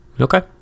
Okay